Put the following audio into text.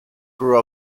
grew